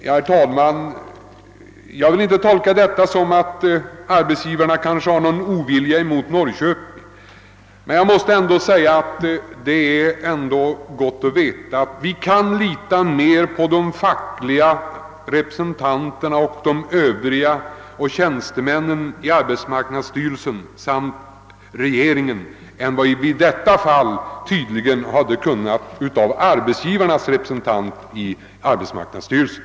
Jag vill inte tolka detta så att arbetsgivarna hyser motvilja mot Norrköping, men det är ändå gott att veta att vi kan lita mer på de fackliga representanterna, på tjänstemännen i arbetsmarknadsstyrelsen och på regeringen än vad vi i detta fall kunde göra på arbetsgivarnas representant i arbetsmarknadsstyrelsen.